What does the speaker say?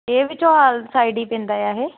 ਇਹ ਵੀ ਚੋਹਾਲ ਸਾਈਡ ਹੀ ਪੈਂਦਾ ਆ